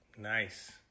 Nice